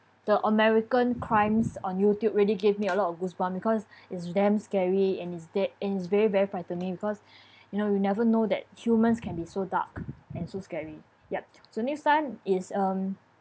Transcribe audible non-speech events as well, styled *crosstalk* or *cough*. the american crimes on youtube really give me a lot of goosebumps because is damn scary and it's de~ it's very very frightening because *breath* you know you never know that humans can be so dark and so scary yup so next one is um